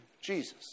Jesus